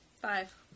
Five